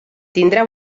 tindrà